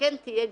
וכן תהיה גרירה,